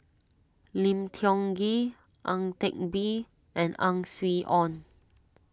Lim Tiong Ghee Ang Teck Bee and Ang Swee Aun